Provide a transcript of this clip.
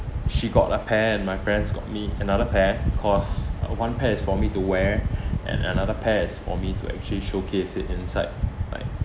she got a pair and my parents got me another pair cause uh one pair is for me to wear and another pair is for me to actually showcase it inside my